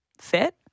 fit